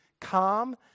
calm